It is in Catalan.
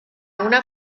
una